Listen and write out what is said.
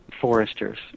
foresters